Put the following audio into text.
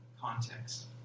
context